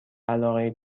علاقه